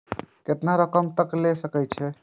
केतना रकम तक ले सके छै?